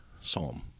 psalm